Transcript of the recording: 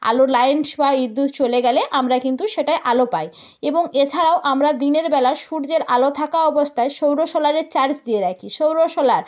আলোর লাইন্স বা বিদ্যুৎ চলে গেলে আমরা কিন্তু সেটায় আলো পাই এবং এছাড়াও আমরা দিনের বেলা সূর্যের আলো থাকা অবস্থায় সৌর সোলারে চার্জ দিয়ে রাখি সৌর সোলার